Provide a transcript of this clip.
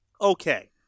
Okay